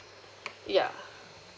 yeah